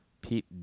Pete